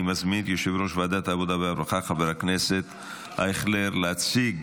אני מזמין את יושב-ראש ועדת העבודה והרווחה חבר הכנסת אייכלר להציג